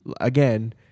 again